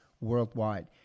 worldwide